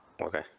Okay